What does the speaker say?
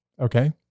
Okay